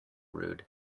rude